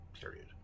Period